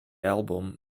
album